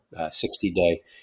60-day